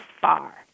far